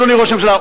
אדוני ראש הממשלה,